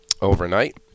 overnight